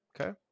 Okay